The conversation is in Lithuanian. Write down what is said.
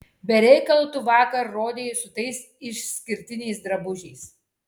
be reikalo tu vakar rodeis su tais išskirtiniais drabužiais